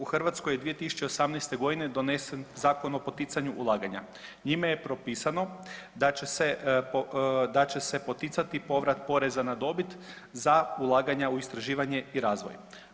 U Hrvatskoj je 2018.g. donesen Zakon o poticanju ulaganja, njime je propisano da će se poticati povrat poreza na dobit za ulaganja u istraživanja i razvoj.